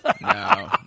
no